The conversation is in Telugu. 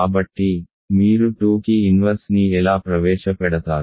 కాబట్టి మీరు 2కి ఇన్వర్స్ ని ఎలా ప్రవేశపెడతారు